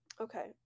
Okay